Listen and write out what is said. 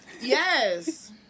Yes